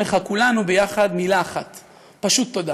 כולנו יחד מילה אחת פשוט: תודה.